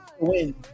win